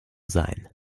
sein